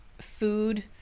food